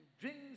drinks